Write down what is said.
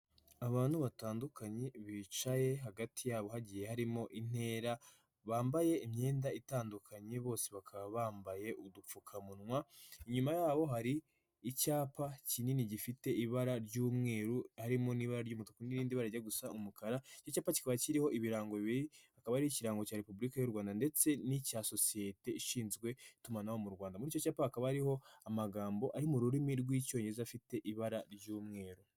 Abantu batandukanye bicaye hagati yabo hagiye harimo intera, bambaye imyenda itandukanye bose bakaba bambaye udupfukamunwa, inyuma yabo hari icyapa kinini gifite ibara ry'umweru, harimo n'ibara ry'umutuku n'irindi bara rijya gusa umukara, icyo cyapa kiba kiriho ibirango bibiri, hakaba ari ikirango cya repubulika y'u Rwanda ndetse n'icya sosiyete ishinzwe itumanaho mu Rwanda, muri icyo cyapa hakaba hariho amagambo ari mu rurimi rw'icyongereza afite ibara ry'umweru.